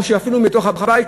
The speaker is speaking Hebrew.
או שאפילו מתוך הבית,